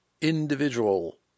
Individual